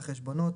החשבונות,